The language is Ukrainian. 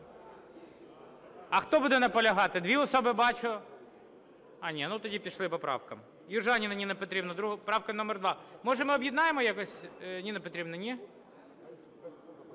А хто буде наполягати? 2 особи бачу. А, ні, тоді пішли по правкам. Южаніна Ніна Петрівна, правка номер 2. Може ми об'єднаємо якось, Ніна Петрівна, ні?